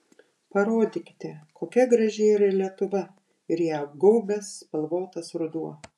parodykite kokia graži yra lietuva ir ją apgaubęs spalvotas ruduo